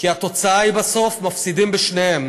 כי התוצאה בסוף היא שמפסידים בשניהם.